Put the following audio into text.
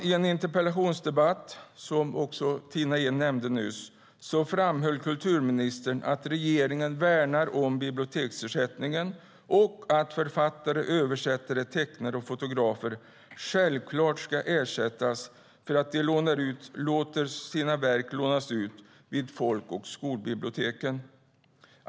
I en interpellationsdebatt, som också Tina Ehn nämnde nyss, framhöll kulturministern att regeringen värnar om biblioteksersättningen och att författare, översättare, tecknare och fotografer självklart ska ersättas för att de låter sina verk lånas ut vid folk och skolbiblioteken.